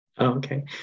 okay